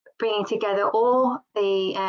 bringing together all the